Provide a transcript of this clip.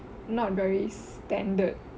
not very standard